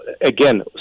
again